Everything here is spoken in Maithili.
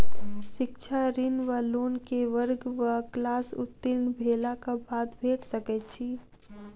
शिक्षा ऋण वा लोन केँ वर्ग वा क्लास उत्तीर्ण भेलाक बाद भेट सकैत छी?